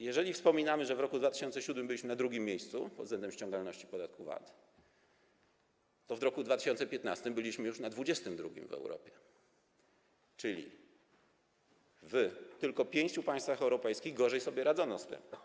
Jeżeli wspominamy, że w roku 2007 byliśmy na 2. miejscu pod względem ściągalności podatku VAT, to w roku 2015 byliśmy już na 22. miejscu w Europie, czyli tylko w pięciu państwach europejskich gorzej sobie radzono z tym.